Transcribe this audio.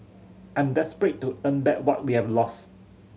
I'm desperate to earn back what we have lost